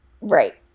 Right